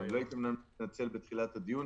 אני לא התכוננתי --- בתחילת הדיון,